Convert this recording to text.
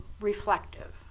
reflective